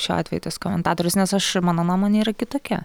šiuo atveju tas komentatorius nes aš mano nuomonė yra kitokia